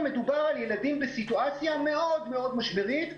מדובר בילדים בסיטואציה מאוד מאוד משברית,